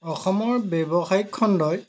অসমৰ ব্যৱসায়িক খণ্ডই